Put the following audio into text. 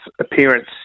appearance